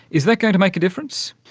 is that going to make a difference?